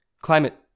climate